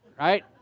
Right